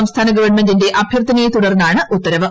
സംസ്ഥാന ഗവൺമെന്റിന്റെ അഭ്യർത്ഥനയെ തുടർന്നാണ് ഉത്തരവ്